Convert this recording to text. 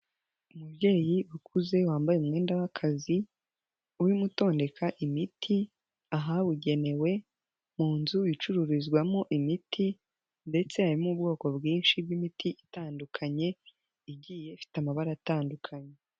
umubyeyi ukuze wambaye umwenda w'akazi, uri gutondeka imiti, ahabugenewe, mu nzu icururizwamo imiti ndetse harimo ubwoko bwinshi bw'imiti itandukanye, igiye ifite amabara atandukanye.